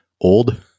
old